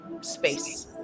space